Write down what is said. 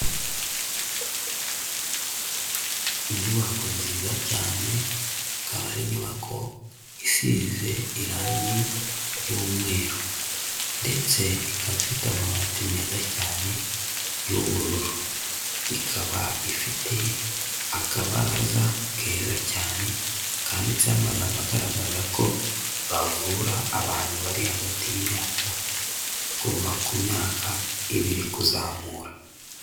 Inyubako nziza cyane, ikaba ari inyubako isize irangi ry'umweru. Ndetse ikaba ifite amabati meza cyane, y'ubururu. Ikaba ifite akabaraza keza cyane, kanditseho amagambo agaragaza ko bavura, abantu bari hagati y'imyaka, kuva ku myaka ibiri kuzamura.